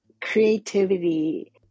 creativity